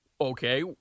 Okay